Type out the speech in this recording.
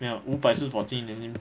没有五百是 for 今年